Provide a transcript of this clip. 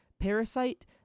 *Parasite*